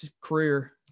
career